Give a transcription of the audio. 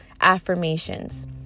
affirmations